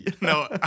no